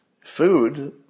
food